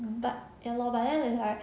but ya loh but then is like